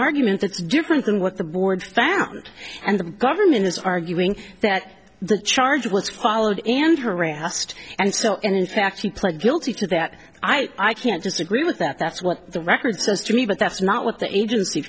argument that's different than what the board found and the government is arguing that the charge was quality and harassed and so and in fact he pled guilty to that i can't disagree with that that's what the record says to me but that's not what the agency